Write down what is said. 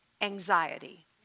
anxiety